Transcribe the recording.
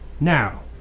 now